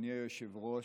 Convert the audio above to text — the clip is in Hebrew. אדוני היושב-ראש.